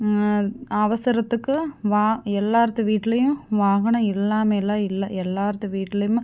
அவசரத்துக்கு வா எல்லார்த்து வீட்லேயும் வாகனம் இல்லாமலாம் இல்லை எல்லார்த்து வீட்லேயுமே